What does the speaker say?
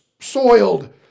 soiled